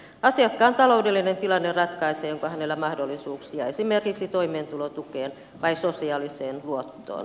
asiakkaan taloudellinen tilanne ratkaisee onko hänellä mahdollisuuksia esimerkiksi toimeentulotukeen vai sosiaaliseen luottoon